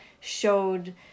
showed